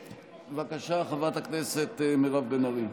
בבקשה, חברת הכנסת מירב בן ארי.